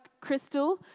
crystal